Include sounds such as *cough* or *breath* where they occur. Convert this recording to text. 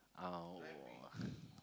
uh *breath*